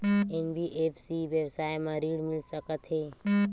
NBFC व्यवसाय मा ऋण मिल सकत हे